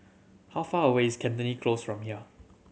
how far away is Cantonment Close from here